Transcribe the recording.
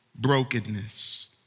brokenness